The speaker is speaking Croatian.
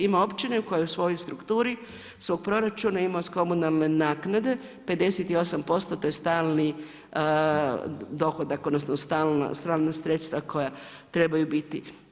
Ima općina koja u svojoj strukturi svog proračuna ima od komunalne naknade 58%, to je stalni dohodak, odnosno, stalna sredstva koja trebaju biti.